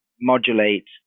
modulate